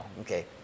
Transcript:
Okay